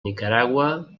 nicaragua